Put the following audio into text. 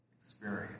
experience